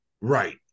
Right